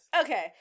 Okay